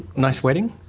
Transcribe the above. nice wedding?